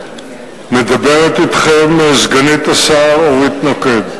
מדברת אתכם סגנית השר אורית נוקד.